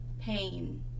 pain